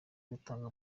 gutanga